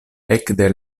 ekde